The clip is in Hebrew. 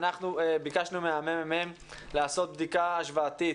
אנחנו ביקשנו מהממ"מ לעשות בדיקה השוואתית